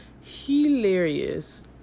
hilarious